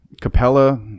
Capella